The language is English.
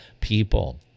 people